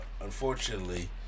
unfortunately